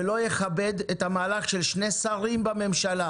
לא יכבד את המהלך של שני שרים בממשלה